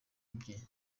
ibye